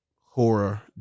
horror